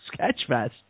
Sketchfest